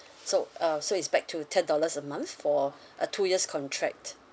so uh so it's back to ten dollars a month for a two years contract